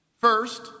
First